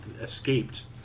escaped